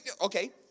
Okay